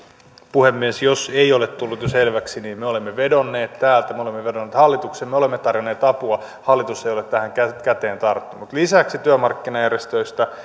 puhemies jos ei ole tullut jo selväksi niin me olemme vedonneet täältä me olemme vedonneet hallitukseen me olemme tarjonneet apua hallitus ei ole tähän käteen tarttunut lisäksi työmarkkinajärjestöistä